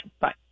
Bye